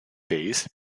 bass